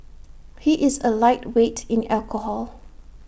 he is A lightweight in alcohol